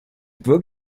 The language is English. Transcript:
book